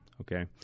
okay